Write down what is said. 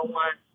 one